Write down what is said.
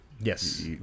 Yes